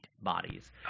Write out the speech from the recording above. bodies